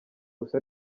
gusa